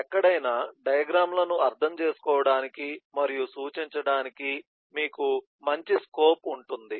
ఎక్కడైనా డయాగ్రమ్ లను అర్థం చేసుకోవడానికి మరియు సూచించడానికి మీకు మంచి స్కోప్ ఇస్తుంది